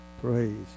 Praise